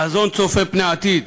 חזון צופה פני עתיד: